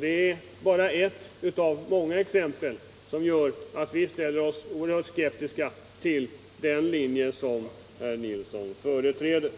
Det är bara ett av många exempel som gör att vi ställer oss oerhört skeptiska till den linje som Kjell Nilsson företräder.